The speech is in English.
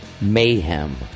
mayhem